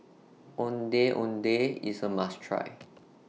Ondeh Ondeh IS A must Try